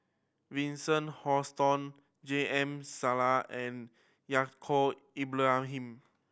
Vincent Hoisington J M Sali and Yaacob Ibrahim